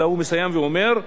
והוא מסיים ואומר: